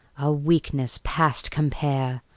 our weakness past compare,